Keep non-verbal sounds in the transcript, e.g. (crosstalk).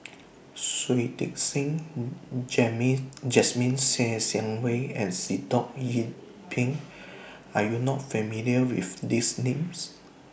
(noise) Shui Tit Sing (unintelligible) Jasmine Ser Xiang Wei and Sitoh Yih Pin Are YOU not familiar with These Names